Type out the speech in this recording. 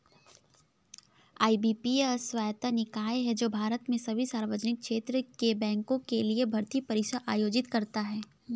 IBPS स्वायत्त निकाय है जो भारत में सभी सार्वजनिक क्षेत्र के बैंकों के लिए भर्ती परीक्षा आयोजित करता है